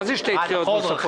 מה זה שתי דחיות נוספות?